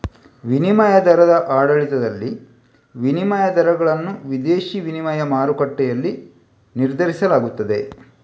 ವಿನಿಮಯ ದರದ ಆಡಳಿತದಲ್ಲಿ, ವಿನಿಮಯ ದರಗಳನ್ನು ವಿದೇಶಿ ವಿನಿಮಯ ಮಾರುಕಟ್ಟೆಯಲ್ಲಿ ನಿರ್ಧರಿಸಲಾಗುತ್ತದೆ